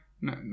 no